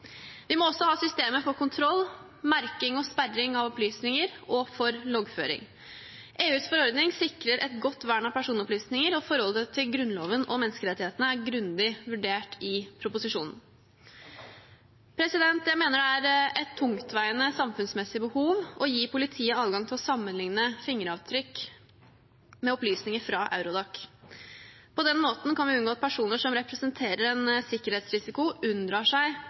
Vi må også ha systemer for kontroll, merking og sperring av opplysninger, og for loggføring. EUs forordning sikrer et godt vern av personopplysninger, og forholdet til Grunnloven og menneskerettighetene er grundig vurdert i proposisjonen. Jeg mener det er et tungtveiende samfunnsmessig behov for å gi politiet adgang til å sammenlikne fingeravtrykk med opplysninger fra Eurodac. På den måten kan vi unngå at personer som representerer en sikkerhetsrisiko, unndrar seg